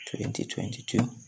2022